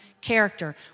character